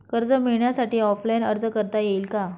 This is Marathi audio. कर्ज मिळण्यासाठी ऑफलाईन अर्ज करता येईल का?